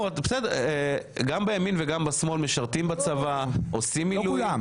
גם בימים וגם בשמאל משרתים בצבא ועושים מילואים.